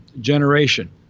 generation